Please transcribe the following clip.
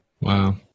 Wow